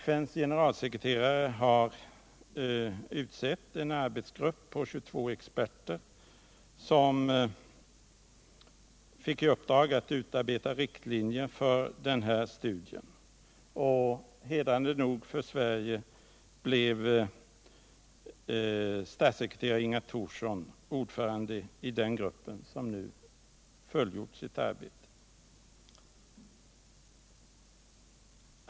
FN:s generalsekreterare har utsett en arbetsgrupp på 22 experter som fått i uppdrag att utarbeta riktlinjer för den här studien. Hedrande nog för Sverige blev statssekreterare Inga Thorsson ordförande i den gruppen, som nu fullgjort sitt arbete.